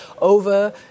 over